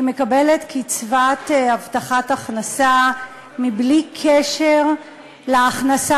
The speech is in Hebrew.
היא מקבלת קצבת שאירים בלי קשר להכנסה